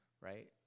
right